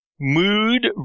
mood